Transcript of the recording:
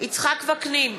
יצחק וקנין,